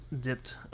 dipped